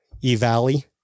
e-Valley